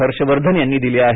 हर्ष वर्धन यांनी दिली आहे